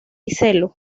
celo